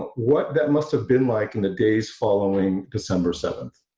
but what that must have been like in the days following december seventh,